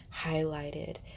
highlighted